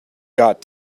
got